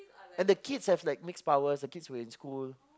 and the kids have like mixed powers the kids were in school